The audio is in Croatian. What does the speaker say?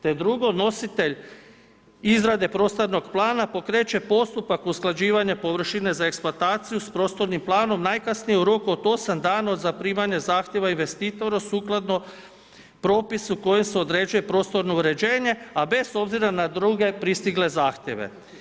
Te drugo, nositelj izrade prostornog plana pokreće postupak usklađivanja površine za eksploataciju s prostornim planom najkasnije u roku od 8 dana od zaprimanja zahtjeva investitora sukladno propisu kojim se određuje prostorno uređenje, a bez obzira na druge pristigle zahtjeve.